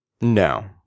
No